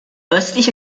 östliche